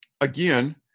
again